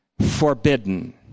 forbidden